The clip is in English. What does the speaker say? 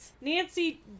Nancy